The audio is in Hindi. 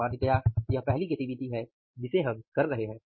सामान्तया यह पहली गतिविधि है जिसे हम करते हैं